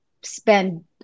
spend